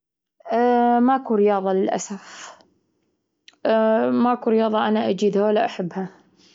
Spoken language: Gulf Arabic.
العربي، أحب القواعد النحوية. الدراسات، أحب أدرس عن الجبال والهدوء والسهول والهظاب. كل هذا أحب اجراه، يوسع مداركي وآفاقي.